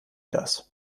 das